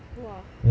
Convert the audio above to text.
!wah!